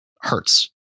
hurts